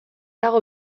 dago